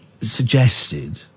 suggested